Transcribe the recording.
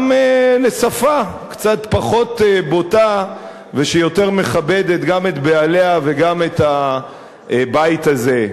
גם לשפה קצת פחות בוטה ושיותר מכבדת גם את בעליה וגם את הבית הזה.